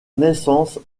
naissance